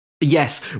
Yes